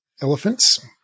Elephants